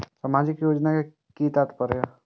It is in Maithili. सामाजिक योजना के कि तात्पर्य?